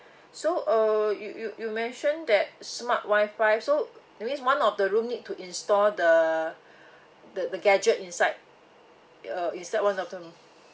so uh you you mentioned that smart wi-fi so that's mean one of the room need to install the the the gadget inside uh inside one of the room